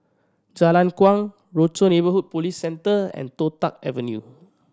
Jalan Kuang Rochor Neighborhood Police Centre and Toh Tuck Avenue